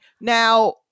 Now